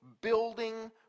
building